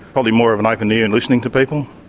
probably more of an open ear and listening to people.